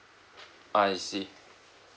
I see